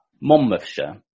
Monmouthshire